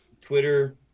Twitter